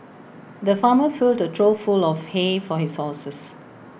the farmer filled A trough full of hay for his horses